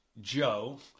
Joe